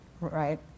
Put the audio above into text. right